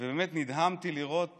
ובאמת נדהמתי לראות